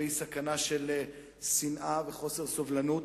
והיא סכנה של שנאה וחוסר סובלנות.